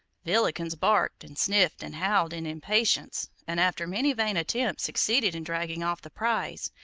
villikins barked, and sniffed, and howled in impatience, and after many vain attempts succeeded in dragging off the prize,